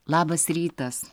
labas rytas